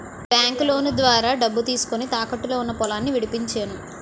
బాంకులోను ద్వారా డబ్బు తీసుకొని, తాకట్టులో ఉన్న పొలాన్ని విడిపించేను